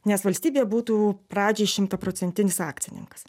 nes valstybė būtų pradžiai šimtaprocentinis akcininkas